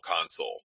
console